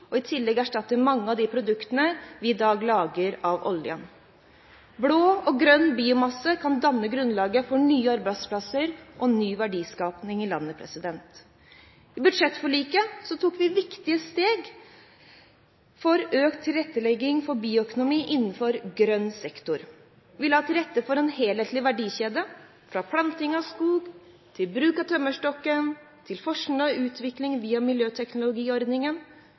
og i tillegg erstatte mange av de produktene vi i dag lager av olje. Blå og grønn biomasse kan danne grunnlaget for nye arbeidsplasser og ny verdiskaping i landet. Med budsjettforliket tok vi viktige steg for økt tilrettelegging for bioøkonomien innenfor grønn sektor. Vi la til rette for en helhetlig verdikjede – fra planting av skog til bruk av tømmerstokken og til forskning og utvikling via miljøteknologiordningen